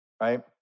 right